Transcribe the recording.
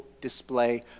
display